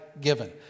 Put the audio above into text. given